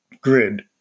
grid